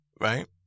right